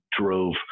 drove